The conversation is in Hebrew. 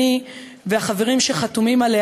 אני והחברים שחתומים עליה,